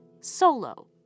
Solo